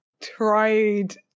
tried